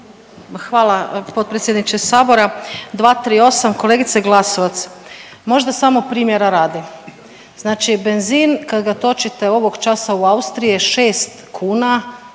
Hvala potpredsjedniče Sabora. 238. kolegice Glasovac možda samo primjera radi, znači benzin kad ga točite u ovoj časa u Austriji je